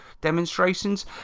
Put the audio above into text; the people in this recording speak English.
demonstrations